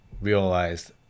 realized